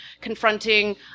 confronting